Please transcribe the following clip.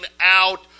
out